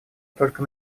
только